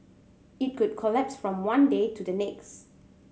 it could collapse from one day to the next